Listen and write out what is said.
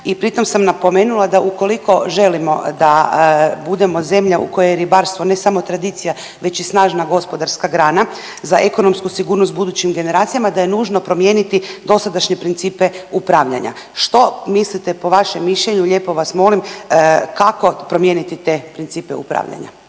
i pri tom sam napomenula da ukoliko želimo da budemo zemlja u kojoj je ribarstvo ne samo tradicija već i snažna gospodarska grana, za ekonomsku sigurnost budućim generacijama da je nužno promijeniti dosadašnje principe upravljanja. Što mislite po vašem mišljenju lijepo vas molim kako promijeniti te principe upravljanja?